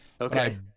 Okay